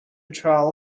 trial